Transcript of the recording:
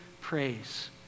praise